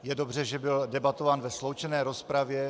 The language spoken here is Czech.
Je dobře, že byl debatován ve sloučené rozpravě.